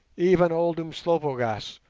even old umslopogaas,